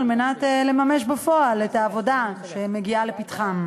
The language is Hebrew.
כדי לממש בפועל את העבודה שמגיעה לפתחם.